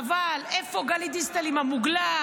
חבל, איפה גלית דיסטל עם המוגלה?